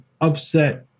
upset